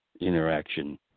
Interaction